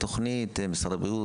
תוכנית, משרד הבריאות?